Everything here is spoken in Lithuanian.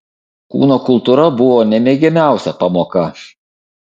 kūno kultūra buvo nemėgiamiausia pamoka